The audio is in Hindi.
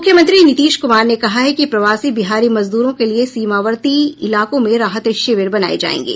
मुख्यमंत्री नीतीश कुमार ने कहा है कि प्रवासी बिहारी मजदूरों के लिये सीमावर्ती इलाके में राहत शिविर बनाये जायेंगे